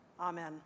Amen